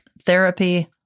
Therapy